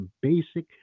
basic